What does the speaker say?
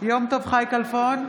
יום טוב חי כלפון,